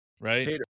right